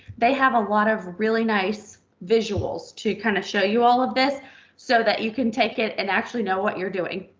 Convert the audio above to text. they have a lot of really nice visuals to kind of show you all of this so that you can take it and actually know what you're doing.